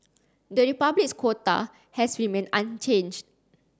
the republic's quota has remained unchanged